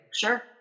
Sure